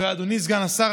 ואדוני סגן השר,